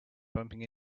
bumping